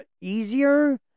easier